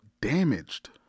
damaged